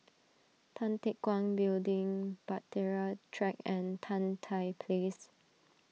Tan Teck Guan Building Bahtera Track and Tan Tye Place